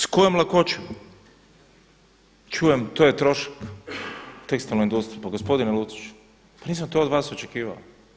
S kojom lakoćom čujem to je trošak, tekstilna industrija, pa gospodine Luciću pa nisam to od vas očekivao.